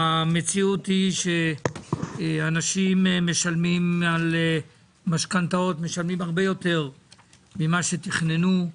המציאות היא שאנשים משלמים על משכנתאות הרבה יותר ממה שתכננו.